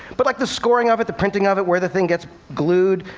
but like the scoring of it, the printing of it, where the thing gets glued,